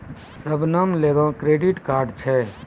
शबनम लगां credit card छै